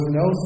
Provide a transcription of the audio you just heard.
no